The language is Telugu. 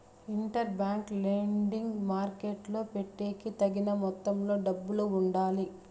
ఇంటర్ బ్యాంక్ లెండింగ్ మార్కెట్టులో పెట్టేకి తగిన మొత్తంలో డబ్బులు ఉండాలి